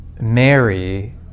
Mary